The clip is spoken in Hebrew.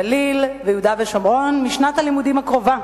בגליל וביהודה ושומרון משנת הלימודים הקרובה.